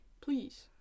Please